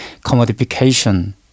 commodification